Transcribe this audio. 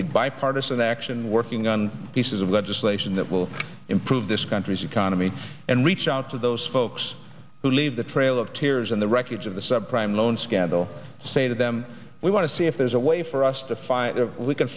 need bipartisan action working on pieces of legislation that will improve this country economy and reach out to those folks who leave the trail of tears in the wreckage of the subprime loan scandal say to them we want to see if there's a way for us to fire we can